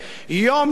יום-יום,